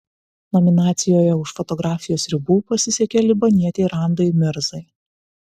nominacijoje už fotografijos ribų pasisekė libanietei randai mirzai